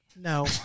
No